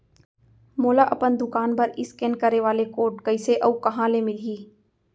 मोला अपन दुकान बर इसकेन करे वाले कोड कइसे अऊ कहाँ ले मिलही?